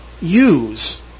use